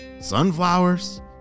sunflowers